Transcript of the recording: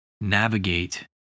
navigate